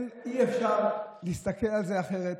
אי-אפשר להסתכל על זה אחרת,